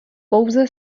pouze